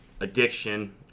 Addiction